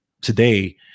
today